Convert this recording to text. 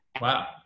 Wow